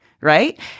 right